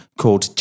called